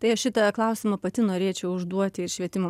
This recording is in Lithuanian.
tai aš šitą klausimą pati norėčiau užduoti ir švietimo